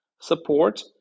support